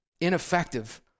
ineffective